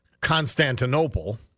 Constantinople